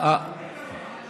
אין הצבעה,